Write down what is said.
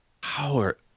power